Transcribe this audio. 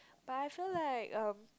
but I feel like um